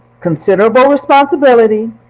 considerable responsibility.